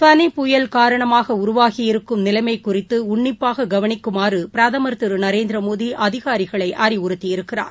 போனி புயல் காரணமாகஉருவாகியிருக்கும் நிலைமைகுறித்துஉன்னிப்பாககவனிக்குமாறுபிரதமர் திருநரேந்திரமோடி அதிகாரிகளை அறிவுறுத்தியிருக்கிறார்